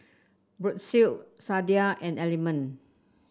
Brotzeit Sadia and Element